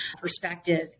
perspective